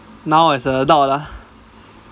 now as a adult lah